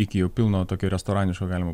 iki jau pilno tokio restoraniško galima